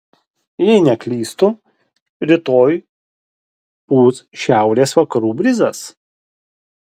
jei neklystu rytoj pūs šiaurės vakarų brizas